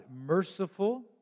merciful